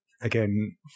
Again